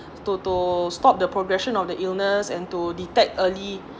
to to stop the progression of the illness and to detect early